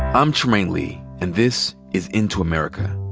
i'm trymaine lee, and this is into america.